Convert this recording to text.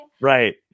Right